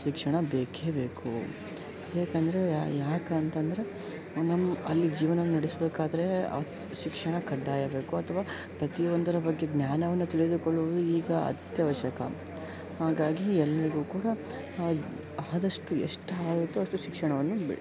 ಶಿಕ್ಷಣ ಬೇಕೇ ಬೇಕು ಏಕೆಂದರೆ ಯಾಕೆ ಅಂತಂದರೆ ಒಮ್ಮೊಮ್ಮೆ ಅಲ್ಲಿ ಜೀವನ ನಡೆಸಬೇಕಾದ್ರೆ ಶಿಕ್ಷಣ ಕಡ್ಡಾಯ ಬೇಕು ಅಥವಾ ಪ್ರತಿಯೊಂದರ ಬಗ್ಗೆ ಜ್ಞಾನವನ್ನು ತಿಳಿದುಕೊಳ್ಳವುದು ಈಗ ಅತ್ಯವಶ್ಯಕ ಹಾಗಾಗಿ ಎಲ್ಲರಿಗೂ ಕೂಡ ಆದಷ್ಟು ಎಷ್ಟು ಆಗುತ್ತೋ ಅಷ್ಟು ಶಿಕ್ಷಣವನ್ನು ಬಿ